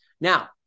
Now